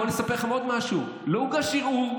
בואו אני אספר לכם עוד משהו: לא הוגש ערעור.